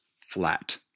flat